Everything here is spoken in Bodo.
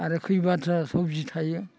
आरो खैबाथा सबजि थायो